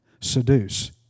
seduce